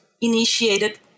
initiated